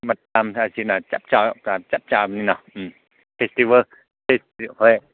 ꯃꯇꯝ ꯑꯁꯤꯅ ꯆꯞ ꯆꯥꯕꯅꯤꯅ ꯎꯝ ꯐꯦꯁꯇꯤꯕꯦꯜ ꯍꯣꯏ